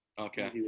Okay